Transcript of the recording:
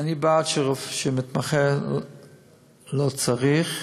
אני בעד שמתמחה לא צריך,